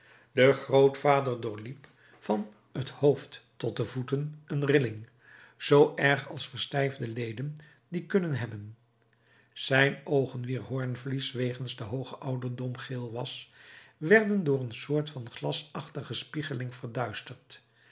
den grootvader doorliep van het hoofd tot de voeten een rilling zoo erg als verstijfde leden die kunnen hebben zijn oogen wier hoornvlies wegens den hoogen ouderdom geel was werden door een soort van glasachtige spiegeling verduisterd